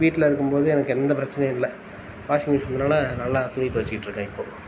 வீட்டில் இருக்கும்போது எனக்கு எந்த பிரச்சினையும் இல்லை வாஷிங் மெஷின் இருக்கிறதுனால நல்லா துணி துவைச்சிட்டு இருக்கேன் இப்போது